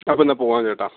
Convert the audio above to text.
അപ്പോൾ എന്നാൽ പോവാം ചേട്ടാ